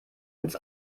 ins